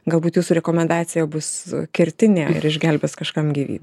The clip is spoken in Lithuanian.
galbūt jūsų rekomendacija bus kertinė ir išgelbės kažkam gyvybę